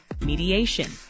mediation